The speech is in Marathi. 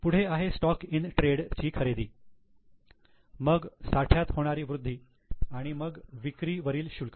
पुढे आहे स्टॉक इं ट्रेड ची खरेदी मग साठ्यात होणारी वृद्धी आणि मग विक्री वरील शुल्क